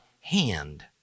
hand